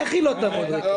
איך היא לא תעמוד ריקה?